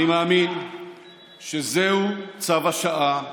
אני מאמין שזהו צו השעה,